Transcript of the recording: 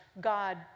God